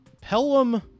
Pelham